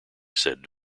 said